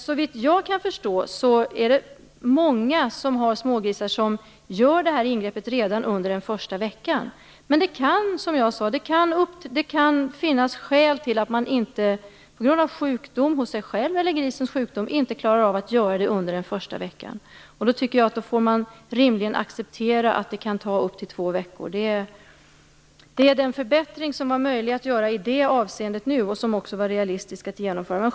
Såvitt jag kan förstå är det många som har smågrisar som gör det här ingreppet redan under den första veckan. Men det kan, som jag sade, finnas skäl till att man inte klarar av att göra det under den första veckan, på grund av egen sjukdom eller grisens sjukdom. Då tycker jag att man rimligen får acceptera att det kan ta upp till två veckor. Det är den förbättring som var möjlig att göra i det avseendet nu och som också var realistisk att genomföra.